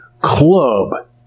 club